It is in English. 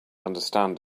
understand